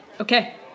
Okay